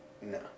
no